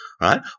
right